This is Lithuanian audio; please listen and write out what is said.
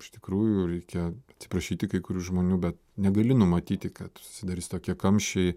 iš tikrųjų reikia atsiprašyti kai kurių žmonių bet negali numatyti kad susidarys tokie kamščiai